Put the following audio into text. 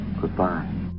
Goodbye